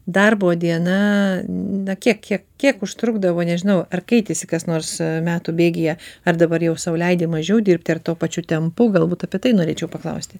darbo diena n na kiek kiek užtrukdavo nežinau ar keitėsi kas nors metų bėgyje ar dabar jau sau leidi mažiau dirbti ar tuo pačiu tempu galbūt apie tai norėčiau paklausti